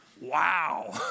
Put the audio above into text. Wow